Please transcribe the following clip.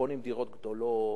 קונים דירות גדולות.